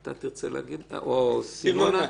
סימונה,